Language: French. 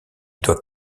doit